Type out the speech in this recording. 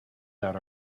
that